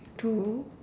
two